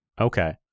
Okay